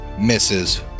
misses